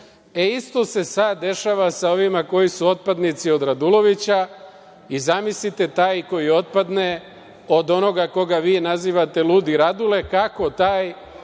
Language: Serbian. se sad dešava sa ovima koji su otpadnici od Radulovića i zamislite taj koji otpadne od onoga koga vi nazivate „ludi radule“ kakva ta